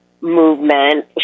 movement